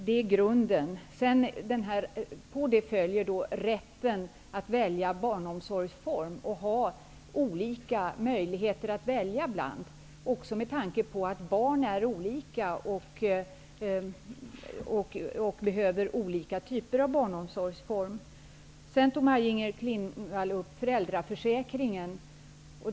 På det följer rätten att välja barnomsorgsform och att ha olika möjligheter att välja bland, också med tanke på att barn är olika och behöver olika typer av barnomsorgsformer. Maj-Inger Klingvall tog upp föräldraförsäkringen.